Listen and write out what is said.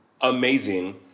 amazing